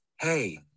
Hey